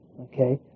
Okay